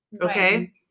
Okay